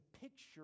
picture